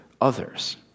others